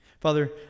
Father